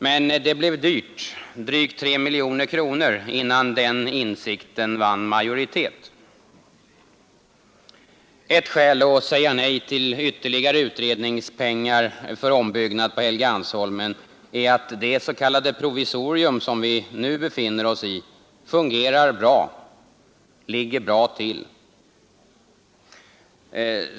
Men det blev dyrt, drygt 3 miljoner kronor, innan den insikten vann majoritet. Ett skäl att säga nej till ytterligare utredningspengar för ombyggnad på Helgeandsholmen är att det s.k. provisorium som vi nu befinner oss i fungerar bra och ligger bra till.